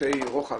שבקובצי רוחב